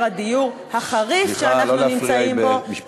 עם משבר הדיור החריף שאנחנו נמצאים בו,